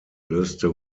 löste